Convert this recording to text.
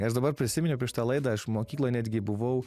aš dabar prisiminiau prieš šitą laidą aš mokykloj netgi buvau